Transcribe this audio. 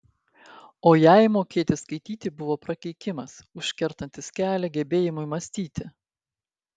o jai mokėti skaityti buvo prakeikimas užkertantis kelią gebėjimui mąstyti